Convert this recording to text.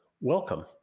welcome